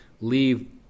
leave